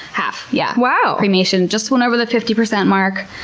half. yeah. wow! cremation just went over the fifty percent mark.